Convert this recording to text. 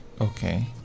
Okay